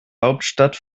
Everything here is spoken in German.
hauptstadt